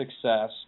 success